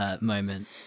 moment